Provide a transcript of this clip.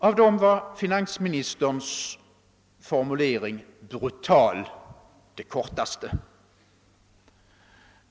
Av dem var finansministerns formulering »brutal» den kortaste.